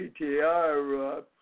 PTR